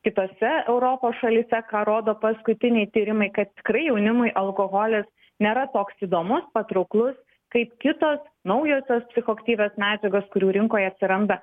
kitose europos šalyse ką rodo paskutiniai tyrimai kad tikrai jaunimui alkoholis nėra toks įdomus patrauklus kaip kitos naujosios psichoaktyvios medžiagos kurių rinkoje atsiranda